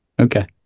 okay